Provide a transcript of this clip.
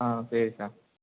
ஆ சரி சார்